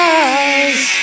eyes